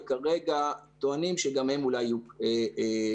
וכרגע טוענים שגם הם אולי יהיו קבועים,